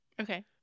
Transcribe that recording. Okay